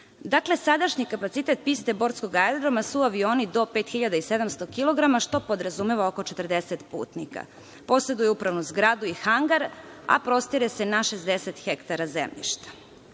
Dakle, sadašnji kapacitet piste borskog aerodroma su avioni do 5.700 kg što podrazumeva oko 40 putnika. Poseduje upravnu zgradu i hangar, a prostire se na 60 ha zemljišta.